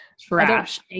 Trash